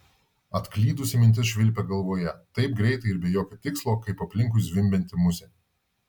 atklydusi mintis švilpė galvoje taip greitai ir be jokio tikslo kaip aplinkui zvimbianti musė